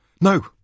No